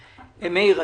מאיר,